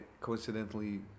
coincidentally